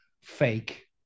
fake